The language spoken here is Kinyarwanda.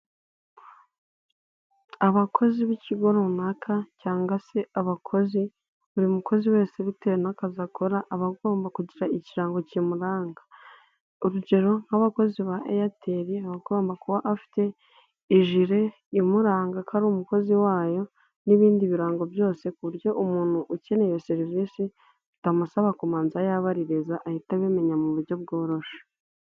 Abakozi b'ikigo runaka cyangwa se abakozi, buri mukozi wese bitewe n'akazi akora aba agomba kugira ikirango kimuranga. Urugero nk'abakozi ba Airtel agomba kuba afite ijire imuranga ko ari umukozi wayo n'ibindi birango byose ku buryo umuntu ukeneye iyo serivisi bitamusaba kubanza yabaririza ahita abimenya mu buryo bworoshye.